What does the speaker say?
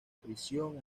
prisión